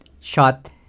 shot